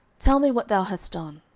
tell me what thou hast done.